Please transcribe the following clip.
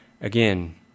Again